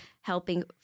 helping